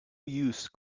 use